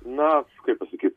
na kaip pasakyt